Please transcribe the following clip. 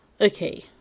Okay